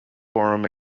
forum